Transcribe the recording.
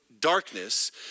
darkness